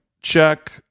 check